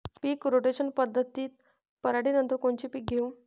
पीक rotation पद्धतीत पराटीनंतर कोनचे पीक घेऊ?